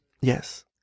Yes